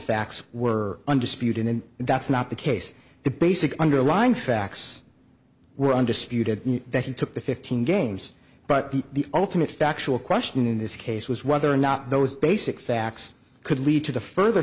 facts were undisputed and that's not the case the basic underlying facts were undisputed that he took the fifteen games but the ultimate factual question in this case was whether or not those basic facts could lead to the further